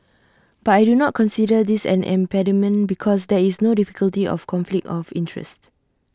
but I do not consider this an impediment because there is no difficulty of conflict of interest